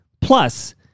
Plus